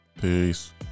peace